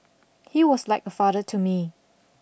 he was like a father to me